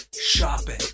shopping